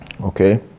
Okay